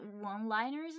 one-liners